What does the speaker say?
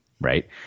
right